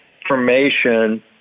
information